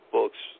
Books